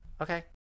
Okay